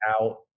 out